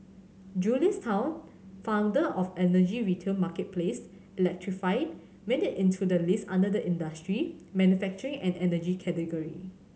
Julius Tan founder of energy retail marketplace electrify made it into the list under the industry manufacturing and energy category